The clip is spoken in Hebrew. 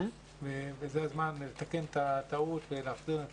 זה הזמן לתקן את הטעות ולהחזיר להם את